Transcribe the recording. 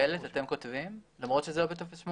איילת, אתם כותבים למרות שזה לא בטופס 8?